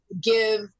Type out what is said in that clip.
give